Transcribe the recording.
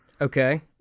okay